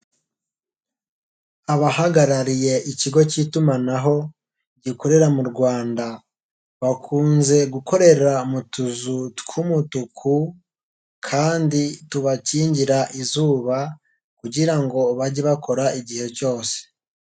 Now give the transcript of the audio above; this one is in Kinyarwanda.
Abahagarariye ikigo k'itumanaho gikorera mu Rwanda bakunze gukorera mu tuzu tw'umutuku kandi tubakingira izuba kugira ngo bajye bakora igihe cyose.